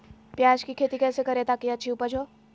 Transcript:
प्याज की खेती कैसे करें ताकि अच्छी उपज हो?